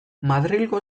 madrilgo